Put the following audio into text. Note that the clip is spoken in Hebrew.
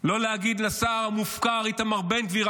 לא להגיד לשר המופקר איתמר בן גביר,